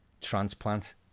transplant